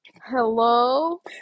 Hello